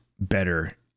better